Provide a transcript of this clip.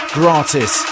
gratis